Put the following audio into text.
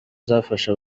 zafashe